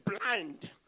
blind